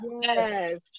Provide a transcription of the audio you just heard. Yes